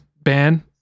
ban